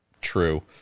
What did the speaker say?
True